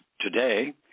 today